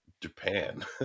Japan